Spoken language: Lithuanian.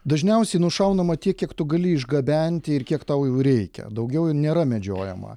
dažniausiai nušaunama tiek kiek tu gali išgabenti ir kiek tau reikia daugiau nėra medžiojama